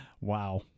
Wow